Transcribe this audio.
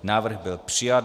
Návrh byl přijat.